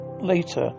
later